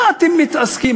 מה אתם מתעסקים?